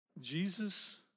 Jesus